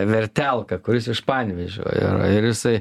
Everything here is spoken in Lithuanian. vertelka kuris iš panevėžio ir ir jisai